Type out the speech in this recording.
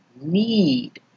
need